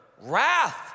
wrath